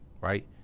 right